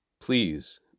Please